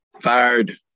fired